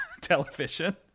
television